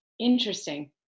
Interesting